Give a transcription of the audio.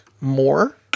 more